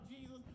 Jesus